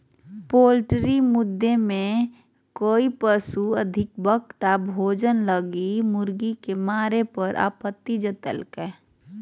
poultry मुद्दे में कई पशु अधिवक्ता भोजन लगी मुर्गी के मारे पर आपत्ति जतैल्कय